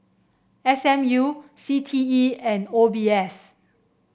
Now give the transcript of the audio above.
S M U C T E and O B S